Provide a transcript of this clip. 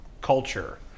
culture